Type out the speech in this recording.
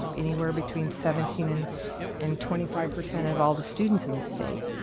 anywhere between seventeen and and twenty five percent of all the students in the state.